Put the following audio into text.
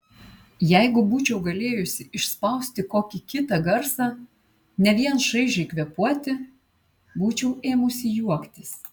jeigu būčiau galėjusi išspausti kokį kitą garsą ne vien šaižiai kvėpuoti būčiau ėmusi juoktis